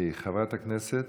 השרה